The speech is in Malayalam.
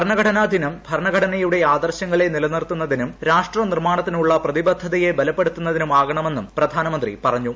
ഭരണഘടനാദിനം ഭരണഘടനയുടെ ആദർശ ങ്ങളെ നിലനിർത്തുന്നതിനും രാഷ്ട്രനിർമ്മാണത്തിനുള്ള പ്രതിബദ്ധതയെ ബലപ്പെടുത്തുന്നതിനും പ്രധാനമന്ത്രി പറഞ്ഞു